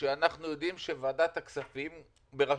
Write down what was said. שאנחנו יודעים שוועדת הכספים בראשות,